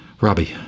Robbie